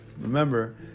Remember